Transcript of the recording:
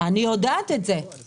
אני לא מדבר